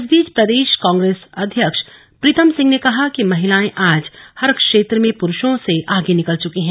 इस बीच प्रदेश कांग्रेस अध्यक्ष प्रीतम सिंह ने कहा कि महिलाये आज हर क्षेत्र में पुरूषों से आगे निकल चुकी हैं